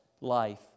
life